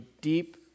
deep